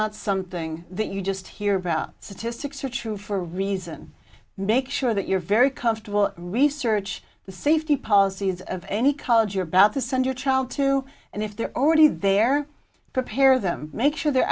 not something that you just hear about statistics are true for a reason make sure that you're very comfortable research the safety policies of any college you're about to send your child to and if they're already there prepare them make sure they're